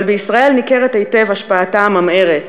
אבל בישראל ניכרת היטב השפעתה הממארת,